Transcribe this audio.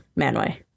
Manway